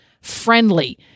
friendly